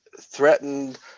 threatened